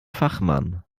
fachmann